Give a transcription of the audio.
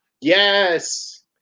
Yes